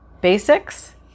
Basics